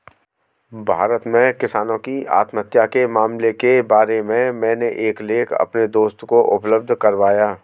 भारत में किसानों की आत्महत्या के मामलों के बारे में मैंने एक लेख अपने दोस्त को उपलब्ध करवाया